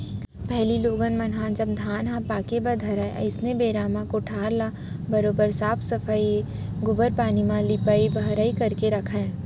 पहिली लोगन मन ह जब धान ह पाके बर धरय अइसनहे बेरा म कोठार ल बरोबर साफ सफई ए गोबर पानी म लिपाई बहराई करके राखयँ